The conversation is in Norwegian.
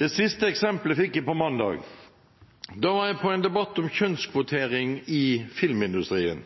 Det siste eksempelet fikk jeg på mandag. Da var jeg på en debatt om kjønnskvotering i filmindustrien.